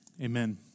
Amen